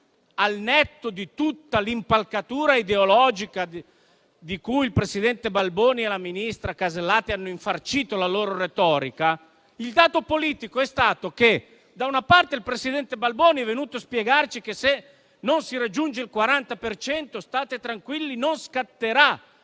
al netto di tutta l'impalcatura ideologica di cui il presidente Balboni e la ministra Casellati hanno infarcito la loro retorica, il dato politico è stato che, da una parte, il presidente Balboni è venuto a spiegarci che se non si raggiunge il 40 per cento, possiamo